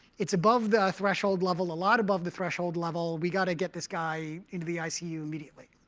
it's above the threshold level a lot above the threshold level. we've got to get this guy into the icu immediately.